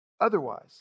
Otherwise